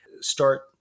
start